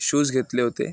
shoes घेतले होते